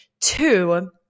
Two